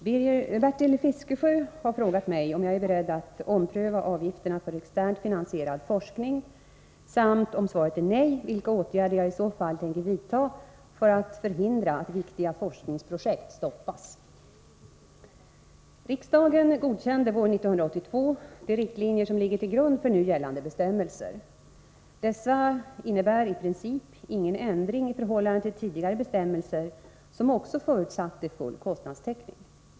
Herr talman! Bertil Fiskesjö har frågat mig om jag är beredd att ompröva avgiftsreglerna för externt finansierad forskning samt, om svaret är nej, vilka åtgärder jag i så fall tänker vidta för att förhindra att viktiga forskningsprojekt stoppas. Riksdagen godkände våren 1982 de riktlinjer som ligger till grund för nu gällande bestämmelser. Dessa innebär i princip ingen ändring i förhållande till tidigare bestämmelser, som också de förutsatte full kostnadstäckning.